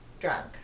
drunk